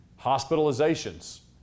Hospitalizations